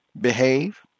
Behave